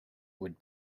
would